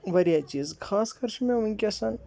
واریاہ چیٖز خاص کر چھُ مےٚ وٕنۍکٮ۪س